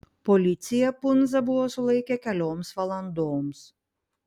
policija pundzą buvo sulaikę kelioms valandoms